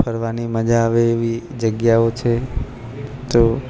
ફરવાની મજા આવે એવી જગ્યાઓ છે તો